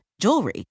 jewelry